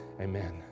Amen